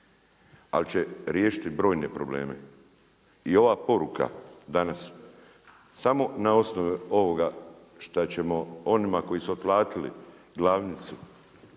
ali će riješiti brojne probleme. I ova poruka danas samo na osnovi ovoga šta ćemo onima koji su otplatili glavnicu